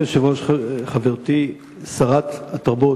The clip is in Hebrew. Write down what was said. אדוני היושב-ראש, חברתי שרת התרבות,